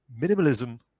minimalism